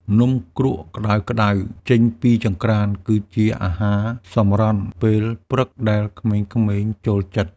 នំគ្រក់ក្តៅៗចេញពីចង្ក្រាន គឺជាអាហារសម្រន់ពេលព្រឹកដែលក្មេងៗចូលចិត្ត។